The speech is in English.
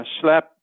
slap